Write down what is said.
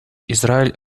израиль